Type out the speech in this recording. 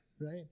right